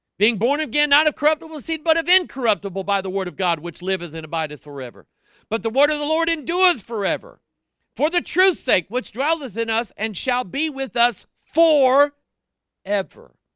being born again not of corruptible seed but of incorruptible by the word of god which liveth and abideth forever but the word of the lord endures forever for the truth sake which dwelleth in us and shall be with us for ever